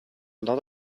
lot